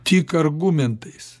tik argumentais